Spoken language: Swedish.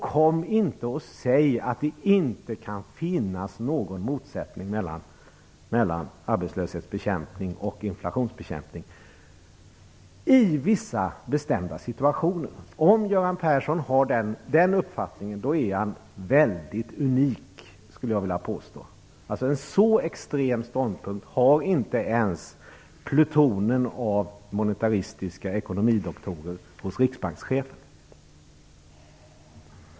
Kom inte och säg att det inte kan finnas någon motsättning mellan arbetslöshetsbekämpning och inflationsbekämpning i vissa bestämda situationer! Om Göran Persson har den uppfattningen är han, skulle jag vilja påstå, väldigt unik. En så extrem ståndpunkt har inte ens plutonen av monetaristiska ekonomidoktorer hos riksbankschefen.